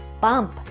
Bump